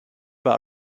bar